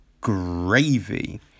gravy